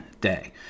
day